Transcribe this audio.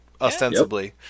ostensibly